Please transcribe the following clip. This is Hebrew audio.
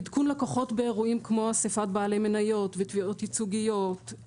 עדכון לקוחות באירועים כמו אספת בעלי מניות ותביעות ייצוגיות,